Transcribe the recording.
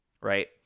Right